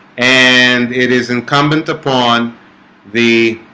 and it is incumbent upon the